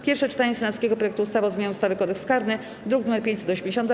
Pierwsze czytanie senackiego projektu ustawy o zmianie ustawy - Kodeks karny, druk nr 582,